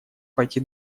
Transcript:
пойти